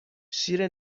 شیر